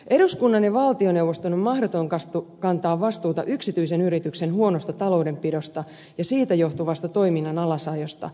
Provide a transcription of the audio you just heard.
eduskunnan ja valtioneuvoston on mahdoton kantaa vastuuta yksityisen yrityksen huonosta taloudenpidosta ja siitä johtuvasta toiminnan alasajosta